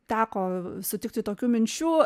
teko sutikti tokių minčių